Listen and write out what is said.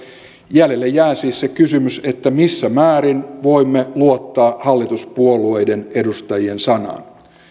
jäljelle jää siis se kysymys missä määrin voimme luottaa hallituspuolueiden edustajien sanaan